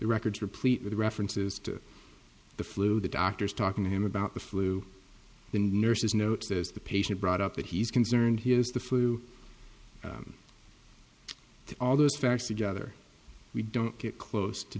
records replete with references to the flu the doctor's talking to him about the flu the nurses notes as the patient brought up that he's concerned he has the flu all those facts together we don't get close to